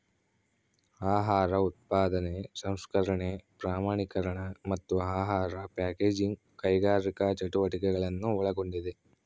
ಆಹಾರ ಉತ್ಪಾದನೆ ಸಂಸ್ಕರಣೆ ಪ್ರಮಾಣೀಕರಣ ಮತ್ತು ಆಹಾರ ಪ್ಯಾಕೇಜಿಂಗ್ ಕೈಗಾರಿಕಾ ಚಟುವಟಿಕೆಗಳನ್ನು ಒಳಗೊಂಡಿದೆ